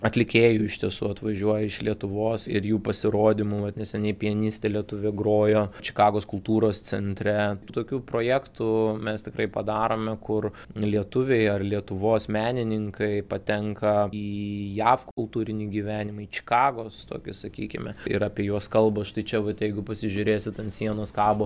atlikėjų iš tiesų atvažiuoja iš lietuvos ir jų pasirodymų vat neseniai pianistė lietuvė grojo čikagos kultūros centre tokių projektų mes tikrai padarome kur lietuviai ar lietuvos menininkai patenka į jav kultūrinį gyvenimą į čikagos tokį sakykime ir apie juos kalba štai čia vat jeigu pasižiūrėsit ant sienos kabo